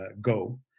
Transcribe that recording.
Go